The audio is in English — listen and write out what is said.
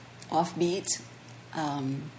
offbeat